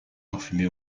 parfumée